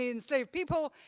enslaved people,